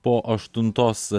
po aštuntos